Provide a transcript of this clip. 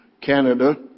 Canada